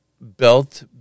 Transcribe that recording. belt